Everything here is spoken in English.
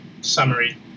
summary